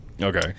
Okay